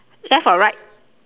left or right